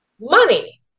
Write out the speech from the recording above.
money